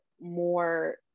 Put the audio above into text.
more